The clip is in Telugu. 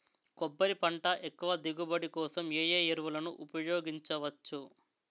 కొబ్బరి పంట ఎక్కువ దిగుబడి కోసం ఏ ఏ ఎరువులను ఉపయోగించచ్చు?